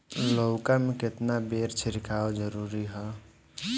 लउका में केतना बेर छिड़काव जरूरी ह?